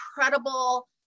incredible